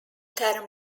term